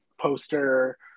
poster